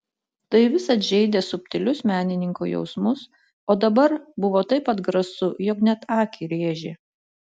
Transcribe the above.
tai visad žeidė subtilius menininko jausmus o dabar buvo taip atgrasu jog net akį rėžė